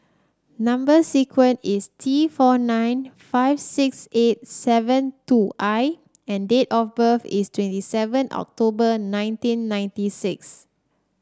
number sequence is T four nine five six eight seven two I and date of birth is twenty seven October nineteen ninety six